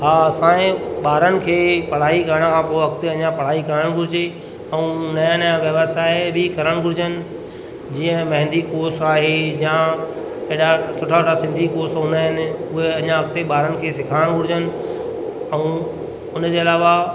हा असांजे ॿारनि खे पढ़ाई करण खां पोइ अॻिते अञा पढ़ाई करणु घुरिजे ऐं नया नया व्यवसाय बि करणु घुरजनि जीअं मेंहदी कोर्स आहे या एॾा सुठा का सिंधी कोर्स हूंदा आहिनि उहे अञा अॻिते ॿारनि खे सिखारण घुरिजनि ऐं उन जे अलावा